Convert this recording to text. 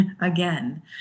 again